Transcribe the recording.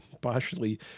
partially